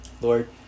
Lord